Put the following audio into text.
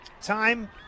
time